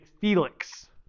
Felix